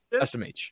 SMH